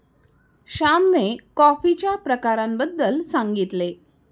श्यामने कॉफीच्या प्रकारांबद्दल सांगितले